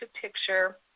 picture